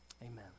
Amen